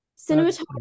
Cinematography